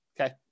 Okay